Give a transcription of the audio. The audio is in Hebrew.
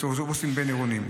באוטובוסים בין-עירוניים.